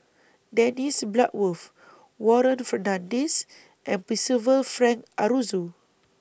Dennis Bloodworth Warren Fernandez and Percival Frank Aroozoo